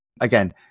again